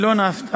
היא לא נעשתה.